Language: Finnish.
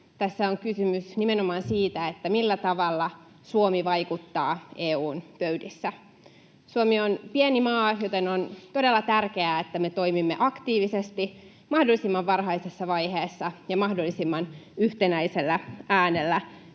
tässä on kysymys nimenomaan siitä, millä tavalla Suomi vaikuttaa EU:n pöydissä. Suomi on pieni maa, joten on todella tärkeää, että me toimimme aktiivisesti mahdollisimman varhaisessa vaiheessa ja mahdollisimman yhtenäisellä äänellä.